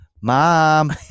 Mom